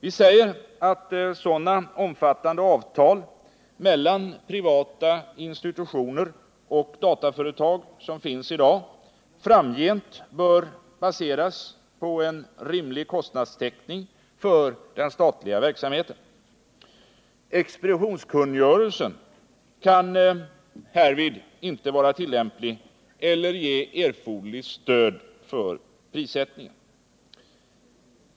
Vi säger att sådana omfattande avtal som finns i dag mellan privata institutioner och dataföretag framgent bör baseras på en rimlig kostnadstäckning för den statliga verksamheten. Expeditionskungörelsen kan härvid ej vara tillämplig eller ge erforderligt stöd för prissättning.